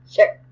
Sure